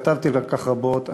כתבתי על כך רבות,